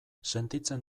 sentitzen